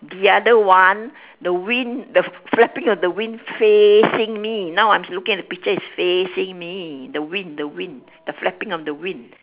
the other one the wing the flapping of the wing facing me now I'm looking at the picture it's facing me the wing the wing the flapping of the wing